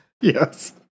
yes